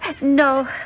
No